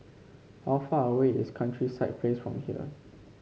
how far away is Countryside Place from here